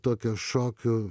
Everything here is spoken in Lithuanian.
tokią šokių